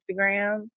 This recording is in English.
Instagram